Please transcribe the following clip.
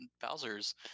Bowser's